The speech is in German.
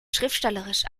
schriftstellerisch